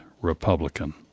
Republican